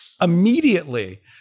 immediately